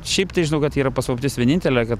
šiaip tai žinau kad yra paslaptis vienintelė kad